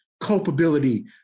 culpability